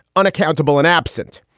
unaccountable and absent.